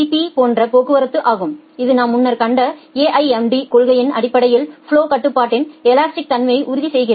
B போன்ற போக்குவரத்து ஆகும் இது நாம் முன்னர் கற்றுக்கொண்ட AIMD கொள்கையின் அடிப்படையில் ஃபலொ கட்டுப்பாட்டின் எலாஸ்டிக் தன்மையை உறுதி செய்கிறது